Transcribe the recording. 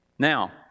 Now